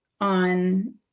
on